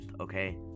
okay